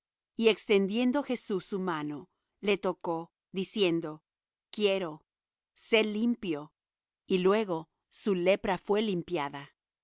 y extendiendo jesús su mano le tocó diciendo quiero sé limpio y luego su lepra fué limpiada